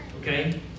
Okay